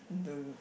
lol